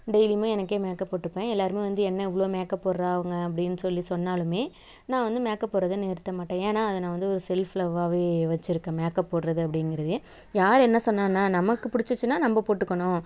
டெய்லியுமே எனக்கே மேக்கப் போட்டுப்பேன் எல்லாேருமே வந்து என்ன இவ்வளோ மேக்கப் போடுறா அவங்க அப்படின்னு சொல்லி சொன்னாலுமே நான் வந்து மேக்கப் போட்டுறத நிறுத்த மாட்டேன் ஏன்னால் அதை நான் வந்து ஒரு செல்ஃப் லவ்வாகவே வச்சுருக்கேன் மேக்கப் போடுகிறது அப்படிங்கிறதே யார் என்ன சொன்னால் என்ன நமக்கு பிடிச்சிச்சின்னா நம்ம போட்டுக்கணும்